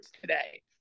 Today